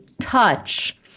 touch